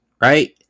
right